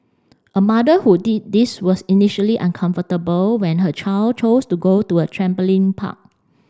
a mother who did this was initially uncomfortable when her child chose to go to a trampoline park